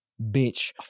bitch